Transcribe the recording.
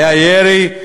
היה ירי,